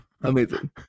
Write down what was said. Amazing